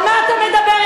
על מה אתם מדבר?